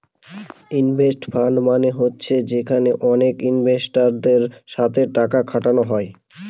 investment fund মানে হচ্ছে যেখানে অনেক ইনভেস্টারদের সাথে টাকা খাটানো হয়